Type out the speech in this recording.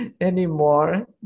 anymore